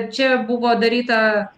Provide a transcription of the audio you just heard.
čia buvo daryta